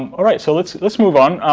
all right. so, let's let's move on.